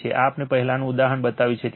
આ આપણે પહેલાનું ઉદાહરણ બતાવ્યું છે